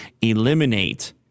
eliminate